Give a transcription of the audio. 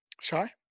shy